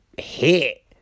Hit